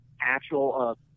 actual